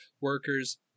workers